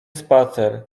spacer